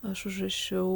aš užrašiau